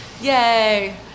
yay